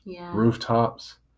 rooftops